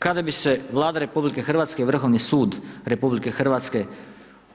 Kada bi se Vlada RH i Vrhovni sud RH